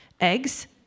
eggs